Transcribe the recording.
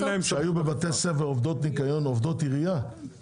עובדות העירייה שעבדו בבתי הספר בניקיון היו מצוינות.